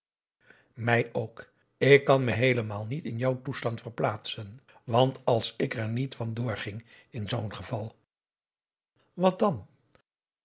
mij ook ik kan me heelemaal niet in jouw toestand verplaatsen want als ik er niet van door ging in zoo'n geval wat dan